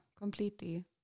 completely